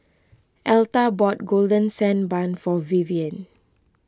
Elta bought Golden Sand Bun for Vivienne